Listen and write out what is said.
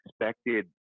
expected